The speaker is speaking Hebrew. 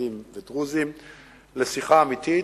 ערבים ודרוזים לשיחה אמיתית.